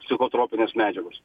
psichotropinės medžiagos